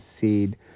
seed